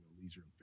leisure